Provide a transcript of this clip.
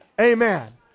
Amen